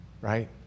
right